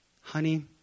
Honey